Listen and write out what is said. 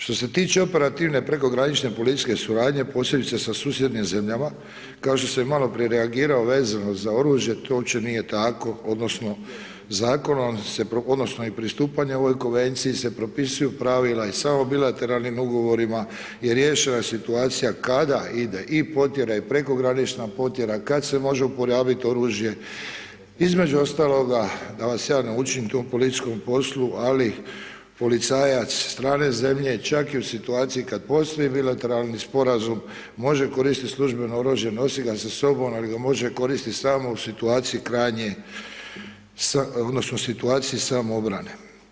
Što se tiče operativne prekogranične policijske suradnje posebice sa susjednim zemljama, kao što sam i maloprije reagirao vezano za oružje to uopće nije tako odnosno zakonom se odnosno i pristupanje ovoj konvenciji se propisuju pravila i samo bilateralnim ugovorima je riješena situacija kada ide i potjera, prekogranična potjera, kad se može uporabit oružje, između ostaloga da vas ja naučim tom političkom poslu, ali policajac strane zemlje čak i situaciji kad postoji bilateralni sporazum može koristit službeno oružje, nosi ga s sobom, ali ga može koristit samo u situacije krajnje odnosno situaciji samoobrane.